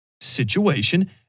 situation